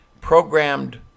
programmed